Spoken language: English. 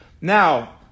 Now